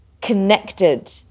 connected